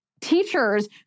teachers